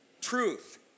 Truth